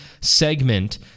segment